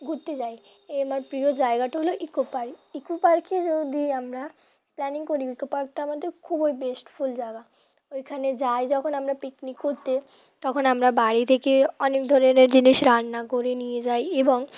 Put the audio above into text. ঘুরতে যাই এই আমার প্রিয় জায়গাটা হলো ইকো পার্ক ইকো পার্কে যদি আমরা প্ল্যানিং করি ইকো পার্কটা আমাদের খুবই বেস্টফুল জায়গা ওইখানে যাই যখন আমরা পিকনিক করতে তখন আমরা বাড়ি থেকে অনেক ধরনের জিনিস রান্না করে নিয়ে যাই এবং